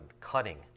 cutting